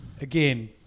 Again